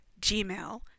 gmail